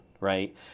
right